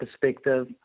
perspective